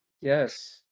Yes